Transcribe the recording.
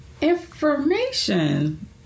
information